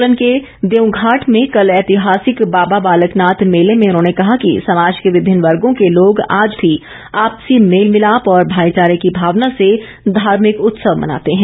सोलन के देऊंघाट में कल ऐतिहासिक बाबा बालक नाथ मेले में उन्होंने कहा कि समाज के विभिन्न वर्गों के लोग आज भी आपसी मेल मिलाप और भाईचारे की भावना से धार्मिक उत्सव मनाते हैं